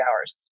hours